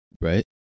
Right